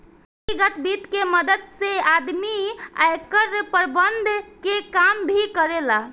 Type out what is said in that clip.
व्यतिगत वित्त के मदद से आदमी आयकर प्रबंधन के काम भी करेला